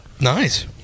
Nice